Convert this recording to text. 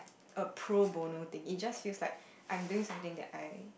a pro bono thing it just feels like I'm doing something that I